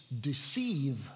deceive